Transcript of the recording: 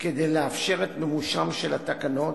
כדי לאפשר את מימושן של התקנות,